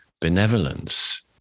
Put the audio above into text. benevolence